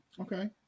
Okay